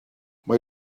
mae